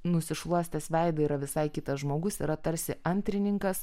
nusišluostęs veidą yra visai kitas žmogus yra tarsi antrininkas